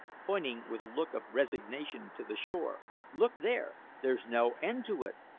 pointing with a look of resignation to the shore look there! there's no end to it.